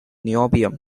niobium